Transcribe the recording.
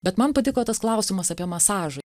bet man patiko tas klausimas apie masažą